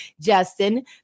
Justin